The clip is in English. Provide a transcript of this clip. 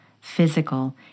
physical